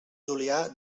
julià